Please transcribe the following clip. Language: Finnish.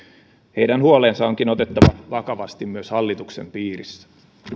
heidän huolensa onkin otettava vakavasti myös hallituksen piirissä